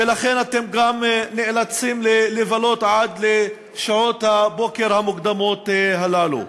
ולכן אתם נאלצים לבלות כאן עד שעות הבוקר המוקדמות הללו.